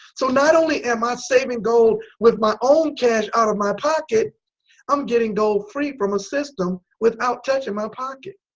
so not only am i saving gold with my own cash out of my pocket i'm getting gold free from a system without even touching my pocket